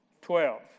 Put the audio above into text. Twelve